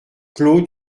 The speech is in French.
clos